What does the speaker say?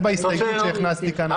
זה בהסתייגות שהכנסתי כאן.